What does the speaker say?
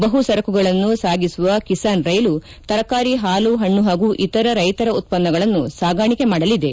ಬಹು ಸರಕುಗಳನ್ನು ಸಾಗಿಸುವ ಕಿಸಾನ್ ರೈಲು ತರಕಾರಿ ಹಾಲು ಹಣ್ಣು ಹಾಗೂ ಇತರ ರೈತರ ಉತ್ಪನ್ನಗಳನ್ನು ಸಾಗಾಣಿಕೆ ಮಾಡಲಿದೆ